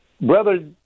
Brother